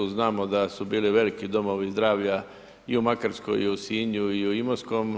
Znamo da su bili veliki domovi zdravlja i u Makarskoj i u Sinju i u Imotskom.